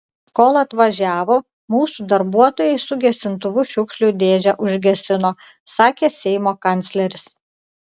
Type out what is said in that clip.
kol atvažiavo mūsų darbuotojai su gesintuvu šiukšlių dėžę užgesino sakė seimo kancleris